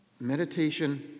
Meditation